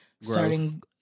starting